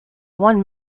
one